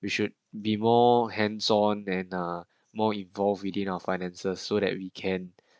we should be more hands on than a more evolve within our finances so that we can